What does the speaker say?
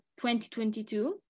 2022